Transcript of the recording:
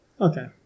Okay